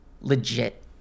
legit